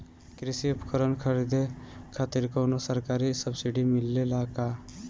कृषी उपकरण खरीदे खातिर कउनो सरकारी सब्सीडी मिलेला की?